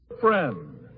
Friend